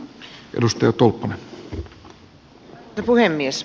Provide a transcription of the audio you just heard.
arvoisa puhemies